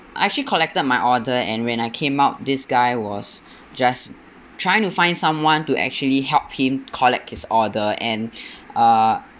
I actually collected my order and when I came out this guy was just trying to find someone to actually help him collect his order and uh